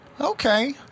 Okay